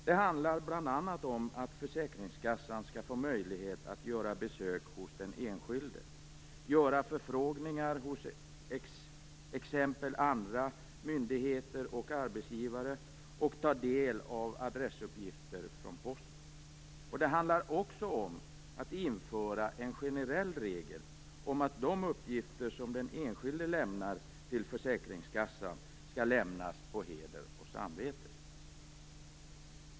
Det handlar bl.a. om att försäkringskassan skall få möjlighet att göra besök hos den enskilde, göra förfrågningar hos t.ex. andra myndigheter och arbetsgivare och ta del av adressuppgifter från Posten. Det handlar också om att införa en generell regel om att de uppgifter som den enskilde lämnar till försäkringskassan skall lämnas på heder och samvete.